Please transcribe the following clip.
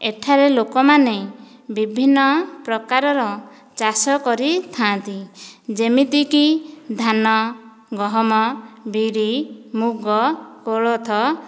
ଏଠାରେ ଲୋକ ମାନେ ବିଭିନ୍ନ ପ୍ରକାରର ଚାଷ କରିଥାନ୍ତି ଯେମିତିକି ଧାନ ଗହମ ବିରି ମୁଗ କୋଳଥ